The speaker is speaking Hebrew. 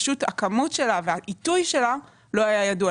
פשוט הכמות שלה והעיתוי שלה לא היה ידוע.